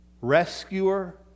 rescuer